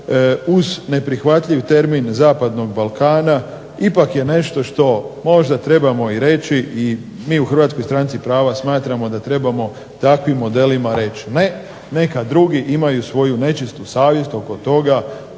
uz neprihvatljiv termin zapadnog Balkana ipak je nešto što možda trebamo i reći i mi u Hrvatskoj stranci prava smatramo da trebamo takvim modelima reći ne. Neka drugi imaju svoju nečistu savjest oko toga